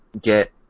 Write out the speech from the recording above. get